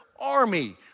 army